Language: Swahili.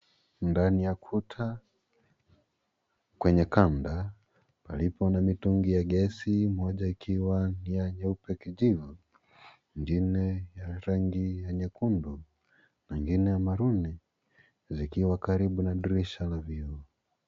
Ndani ya kuta kwenye ganda palipo na mitungi ya gesi, moja ikiwa ni ya nyeupe kijivu ingine ya rangi ya nyekundu na ingine maruni, zikiwa karibu na dirisha la vioo.